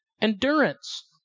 endurance